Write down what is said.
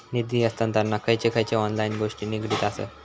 निधी हस्तांतरणाक खयचे खयचे ऑनलाइन गोष्टी निगडीत आसत?